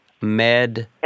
med